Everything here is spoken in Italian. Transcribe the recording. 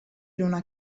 luna